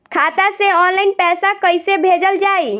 खाता से ऑनलाइन पैसा कईसे भेजल जाई?